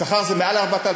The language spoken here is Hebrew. השכר זה יותר מ-4,700?